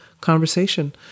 conversation